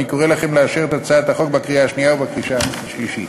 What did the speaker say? ואני קורא לכם לאשר את הצעת החוק בקריאה השנייה ובקריאה השלישית.